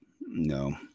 No